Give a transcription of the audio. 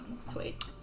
sweet